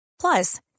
Plus